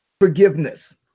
forgiveness